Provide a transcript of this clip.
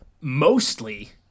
Mostly